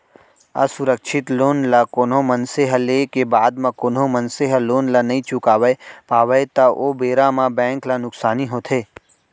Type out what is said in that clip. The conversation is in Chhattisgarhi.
असुरक्छित लोन ल कोनो मनसे ह लेय के बाद म कोनो मनसे ह लोन ल नइ चुकावय पावय त ओ बेरा म बेंक ल नुकसानी होथे